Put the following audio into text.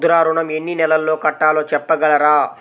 ముద్ర ఋణం ఎన్ని నెలల్లో కట్టలో చెప్పగలరా?